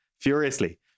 furiously